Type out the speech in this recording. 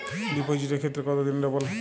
ডিপোজিটের ক্ষেত্রে কত দিনে ডবল?